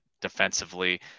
defensively